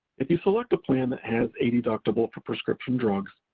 if you select a plan that has a deductible for prescription drugs,